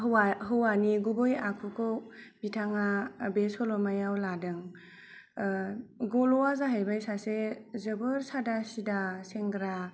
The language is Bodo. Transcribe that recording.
हौवानि गुबै आखुखौ बिथाङा बे सल'मायाव लादों गल'आ जाहैबाय सासे जोबोर सादा सिदा सेंग्रा